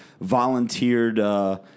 volunteered –